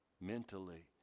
mentally